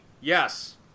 yes